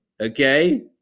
Okay